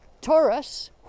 Taurus